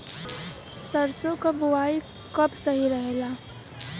सरसों क बुवाई कब सही रहेला?